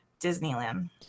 disneyland